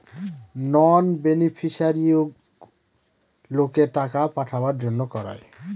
নন বেনিফিশিয়ারিগুলোকে টাকা পাঠাবার জন্য করায়